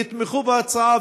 יתמכו בהצעה,